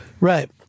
Right